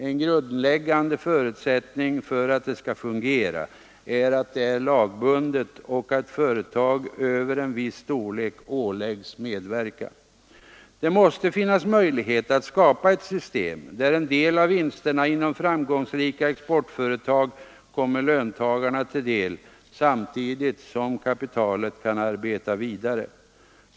En grundläggande förutsättning för att det skall fungera är att det är lagbundet och att företag över en viss storlek åläggs medverka. Det måste finnas möjlighet att skapa ett system där en del av vinsterna inom framgångsrika exportföretag kommer löntagarna till del samtidigt som kapitalet kan arbeta vidare.